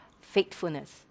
faithfulness